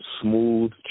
smooth